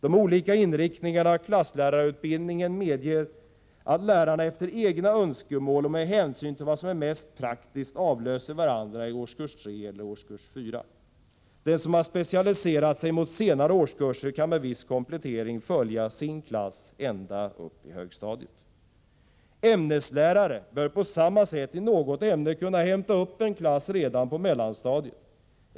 De olika inriktningarna av klasslärarutbildningen medger att lärarna efter egna önskemål och med hänsyn till vad som är mest praktiskt avlöser varandra i årskurs 3 eller årskurs 4. Den som har specialiserat sig mot senare årskurser kan med viss komplettering följa ”sin klass” ända upp i högstadiet. Ämneslärare bör på samma sätt i något ämne kunna ”hämta upp” en klass redan på mellanstadiet.